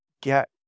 get